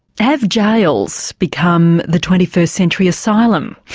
have jails become the twenty first century asylum?